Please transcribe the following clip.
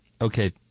Okay